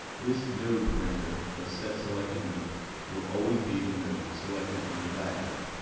this node parameter of setselectednode will always be the node selected in our diagram.